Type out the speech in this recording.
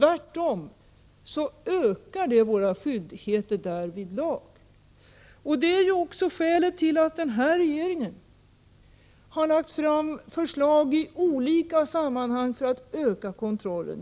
Tvärtom ökar det våra skyldigheter därvidlag. Det är också skälet till att regeringen i olika sammanhang lagt fram förslag om att öka kontrollen.